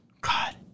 God